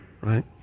right